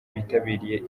bitabiriye